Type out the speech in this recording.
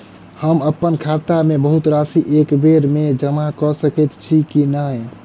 हम अप्पन खाता मे बहुत राशि एकबेर मे जमा कऽ सकैत छी की नै?